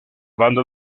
banda